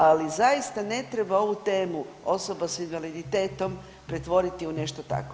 Ali zaista ne treba ovu temu osoba s invaliditetom pretvoriti u nešto takvo.